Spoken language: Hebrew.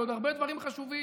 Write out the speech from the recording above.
לעוד הרבה דברים חשובים.